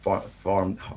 farm